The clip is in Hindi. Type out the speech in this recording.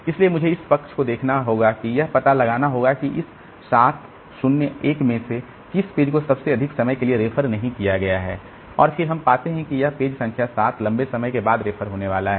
इसलिए मुझे इस पक्ष को देखना होगा और यह पता लगाना होगा कि इस 7 0 1 में से किस पेज को सबसे अधिक समय के लिए रेफर नहीं किया गया है और फिर हम पाते हैं कि यह पेज संख्या 7 लंबे समय के बाद रेफर होने वाला है